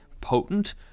potent